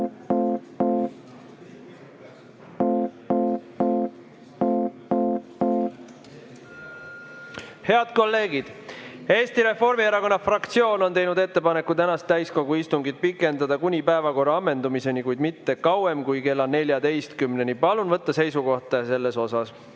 Head kolleegid, Eesti Reformierakonna fraktsioon on teinud ettepaneku tänast täiskogu istungit pikendada kuni päevakorra ammendumiseni, kuid mitte kauem kui kella 14-ni. Palun võtta seisukoht! Me peame